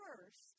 First